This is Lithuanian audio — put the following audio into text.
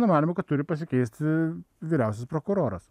mano manymu kad turi pasikeisti vyriausias prokuroras